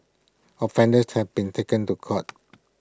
offenders have been taken to court